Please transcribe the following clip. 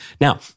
Now